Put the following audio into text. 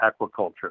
aquaculture